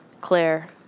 Claire